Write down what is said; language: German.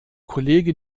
kollege